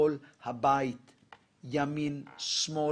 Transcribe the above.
ימין ושמאל,